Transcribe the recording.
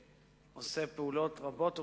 עושה פעולות רבות ומבורכות,